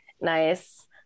Nice